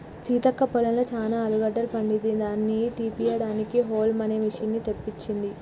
సీతక్క పొలంలో చానా ఆలుగడ్డ పండింది దాని తీపియడానికి హౌల్మ్ అనే మిషిన్ని తెప్పించింది